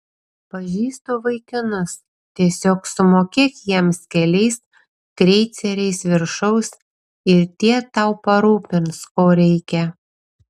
pažįstu vaikinus tiesiog sumokėk jiems keliais kreiceriais viršaus ir tie tau parūpins ko reikia